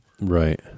Right